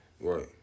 Right